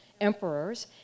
emperors